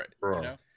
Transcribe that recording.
right